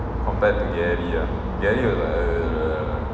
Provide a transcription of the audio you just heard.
compared to gary ah gary was like